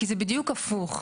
כי זה בדיוק הפוך.